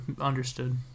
Understood